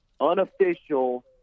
unofficial